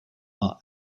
are